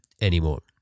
anymore